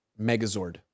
Megazord